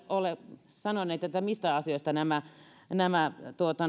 ole sanoneet mistä asioista nämä nämä